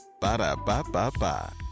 ba-da-ba-ba-ba